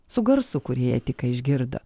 su garsu kurį jie tik ką išgirdo